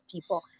people